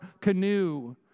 canoe